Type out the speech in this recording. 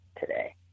today